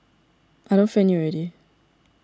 I don't friend you already